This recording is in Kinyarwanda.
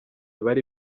bari